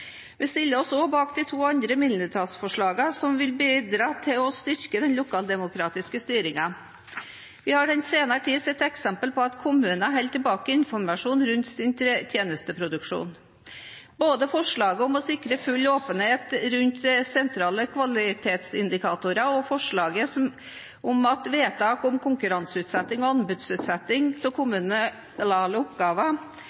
Vi stiller oss også bak de to andre mindretallsforslagene, som vil bidra til å styrke den lokaldemokratiske styringen. Vi har den senere tid sett eksempler på at kommuner holder tilbake informasjon rundt sin tjenesteproduksjon. Både forslaget om å sikre full åpenhet rundt sentrale kvalitetsindikatorer og forslaget om at vedtak om konkurranseutsetting og anbudsutsetting av kommunale oppgaver